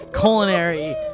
culinary